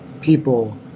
people